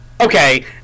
okay